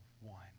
one